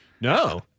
No